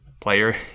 player